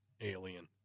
alien